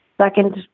Second